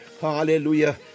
Hallelujah